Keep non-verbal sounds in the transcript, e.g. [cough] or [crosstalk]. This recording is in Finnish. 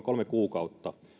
[unintelligible] kolme kuukautta